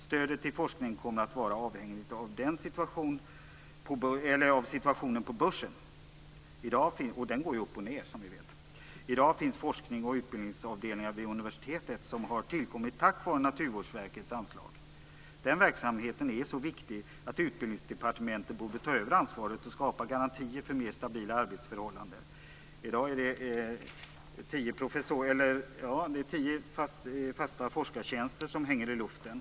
Stödet till forskningen kommer att vara avhängigt situationen på börsen - och där går det ju upp och ned som vi vet. I dag finns forsknings och utbildningsavdelningar vid universitet som har tillkommit tack vare Naturvårdsverkets anslag. Denna verksamhet är så viktig att Utbildningsdepartementet borde ta över ansvaret och skapa garantier för mer stabila arbetsförhållanden. I dag är det tio fasta forskartjänster som hänger i luften.